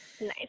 nice